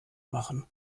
machen